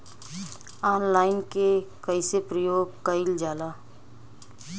Online के कइसे प्रयोग कइल जाला?